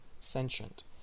sentient